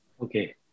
Okay